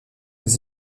des